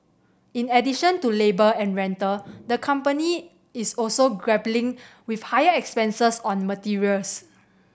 in addition to labour and rental the company is also grappling with higher expenses on materials